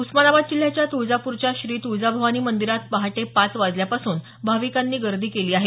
उस्मानाबाद जिल्ह्याच्या तुळजापूरच्या श्री तुळजाभवानी मंदीरात पहाटे पाच वाजल्यापासून भाविकांनी गर्दी केली आहे